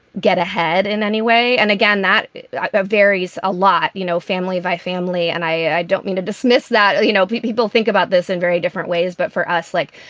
get ahead in any way. and again, that varies a lot, you know, family by family. and i don't mean to dismiss that. you know, people think about this in very different ways. but for us, like,